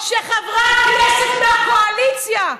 חברת כנסת מהקואליציה,